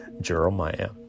Jeremiah